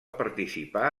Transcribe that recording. participar